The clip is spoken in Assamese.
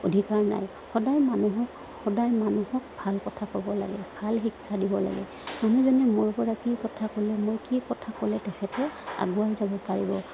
অধিকাৰ নাই সদায় মানুহক সদায় মানুহক ভাল কথা ক'ব লাগে ভাল শিক্ষা দিব লাগে মানুহজনে মোৰপৰা কি কথা ক'লে মই কি কথা ক'লে তেখেতে আগুৱাই যাব পাৰিব